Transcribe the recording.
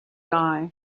guy